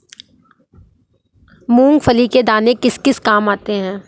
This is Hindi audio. मूंगफली के दाने किस किस काम आते हैं?